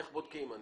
איך בודקים?